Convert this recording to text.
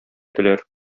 теләр